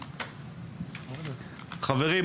חברים,